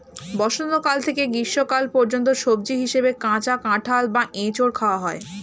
বসন্তকাল থেকে গ্রীষ্মকাল পর্যন্ত সবজি হিসাবে কাঁচা কাঁঠাল বা এঁচোড় খাওয়া হয়